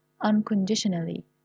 unconditionally